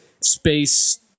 space